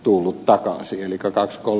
tullut takaisin yli kaks kol